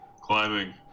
Climbing